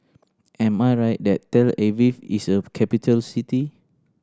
am I right that Tel Aviv is a capital city